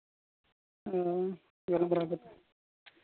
ᱚ ᱜᱟᱞᱢᱟᱨᱟᱣ ᱠᱟᱛᱮᱫ